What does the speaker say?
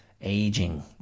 aging